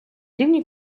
рівні